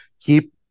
keep